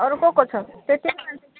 अरू को को छ त्यति नै मान्छे